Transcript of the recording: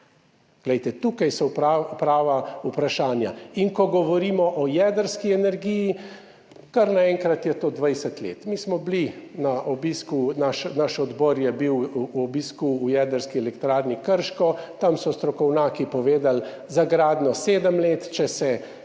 nihanj. Tukaj so prava vprašanja. Ko govorimo o jedrski energiji, je kar naenkrat to 20 let. Mi smo bili na obisku, naš odbor je bil na obisku v Jedrski elektrarni Krško, tam so strokovnjaki povedali, za gradnjo sedem let, če se hitro